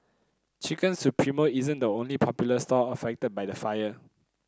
Chicken Supremo isn't the only popular stall affected by the fire